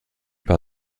par